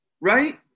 right